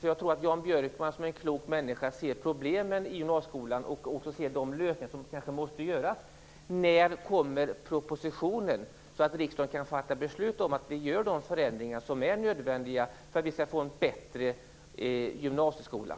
Jag tror att Jan Björkman, som är en klok människa, ser problemen i gymnasieskolan och de lösningar som måste till. Min fråga till Jan Björkman är följande. När kommer propositionen, så att riksdagen kan fatta beslut om att göra de förändringar som är nödvändiga för att gymnasieskolan skall bli bättre?